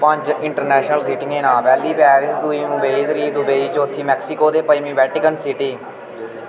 पंज इन्टरनेशनल सीटियें दे नांऽ पैह्ली पेरिस दुई मुंबई त्री दुबई चौथी मेक्सिको ते पजंमी वैटिकन सिटी